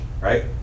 right